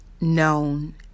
known